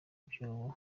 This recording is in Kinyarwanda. byobo